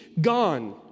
Gone